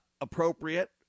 appropriate